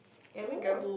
there we go